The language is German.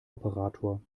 operator